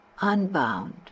unbound